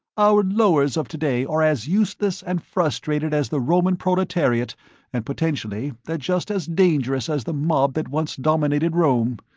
our lowers of today are as useless and frustrated as the roman proletariat and potentially they're just as dangerous as the mob that once dominated rome.